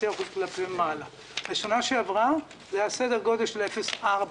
בשנה שעברה זה עלה בסדר גודל של 0.4%,